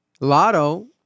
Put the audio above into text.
Lotto